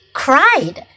cried